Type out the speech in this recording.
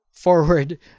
Forward